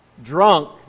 Drunk